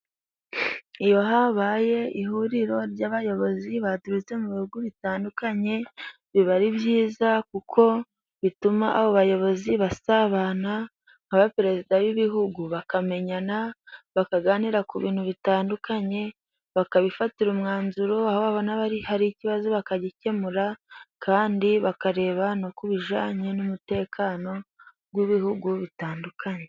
Iyo habaye ihuriro ry'abayobozi baturutse mu bihugu bitandukanye biba ari byiza kuko bituma abo bayobozi basabana n'abaperezida b'ibihugu bakamenyana bakaganira ku bintu bitandukanye bakabifatira umwanzuro aho babina hari ikibazo bakagikemura kandi bakareba nokubijanye n'umutekano gw'ibihugu bitandukanye.